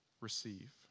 receive